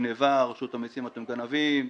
את רשות המסים בגניבה,